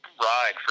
ride